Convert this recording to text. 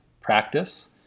practice